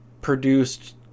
produced